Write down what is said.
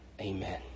Amen